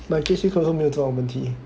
my J_C confirm 没有这种问题